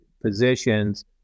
positions